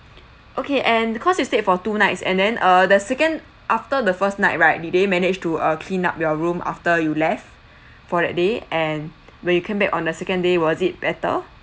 okay and because you stayed for two nights and then uh the second after the first night right did they managed to uh clean up your room after you left for that day and when you came back on the second day was it better